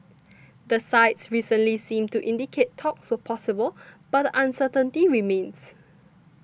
the sides recently seemed to indicate talks were possible but uncertainty remains